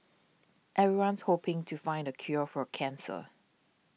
everyone's hoping to find the cure for cancer